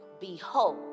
Behold